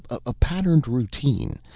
a patterned routine.